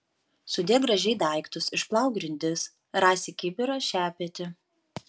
sudėk gražiai daiktus išplauk grindis rasi kibirą šepetį